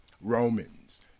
Romans